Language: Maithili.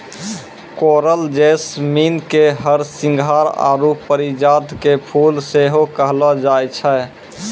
कोरल जैसमिन के हरसिंहार आरु परिजात के फुल सेहो कहलो जाय छै